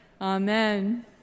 Amen